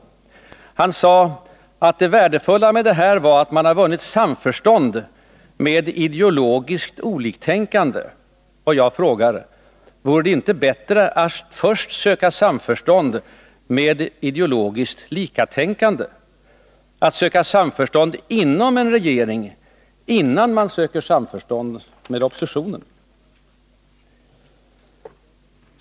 Han sade att det värdefulla med det här var att man har vunnit samförstånd med ideologiskt oliktänkande, och jag frågar: Vore det inte bättre att först söka samförstånd med de ideologiskt likatänkande, att söka samförstånd inom en regering innan man söker samförstånd med oppositionen?